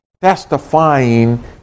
testifying